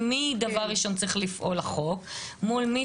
מול מי,